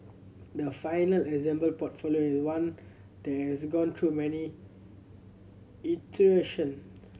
the final assembled portfolio is one that has gone through many iteration